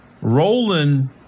Roland